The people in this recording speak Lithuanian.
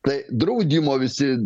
tai draudimo visi